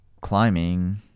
climbing